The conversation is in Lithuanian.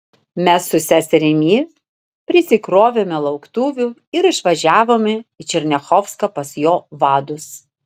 mes su seserimi prisikrovėme lauktuvių ir išvažiavome į černiachovską pas jo vadus